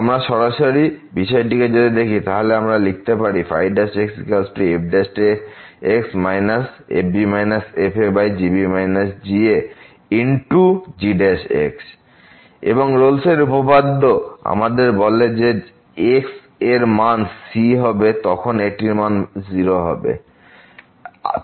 আমরা সরাসরি বিষয়টিকে যদি দেখি তাহলে আমরা লিখতে পারি ϕxfx fb fagb gagx এবং রোলস উপপাদ্য আমাদের বলে যে যখন x এর মান c হবে তখন এটির ভ্যালু হবে 0